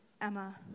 Emma